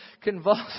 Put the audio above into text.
Convulsed